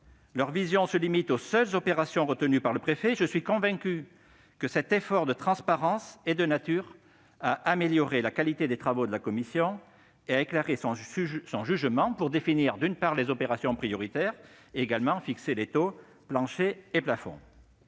leur vision se limite aux seules opérations retenues par le préfet. Je suis convaincu que cet effort de transparence est de nature à améliorer la qualité des travaux de la commission DETR et à éclairer son jugement, pour définir les opérations prioritaires et fixer les taux planchers et plafonds.